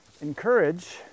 encourage